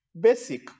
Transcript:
basic